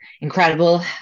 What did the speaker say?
incredible